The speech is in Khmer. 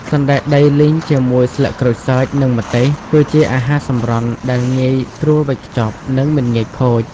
សណ្តែកដីលីងជាមួយស្លឹកក្រូចសើច និងម្ទេស គឺជាអាហារសម្រន់ដែលងាយស្រួលវេចខ្ចប់ និងមិនងាយខូច។